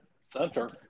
Center